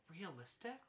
realistic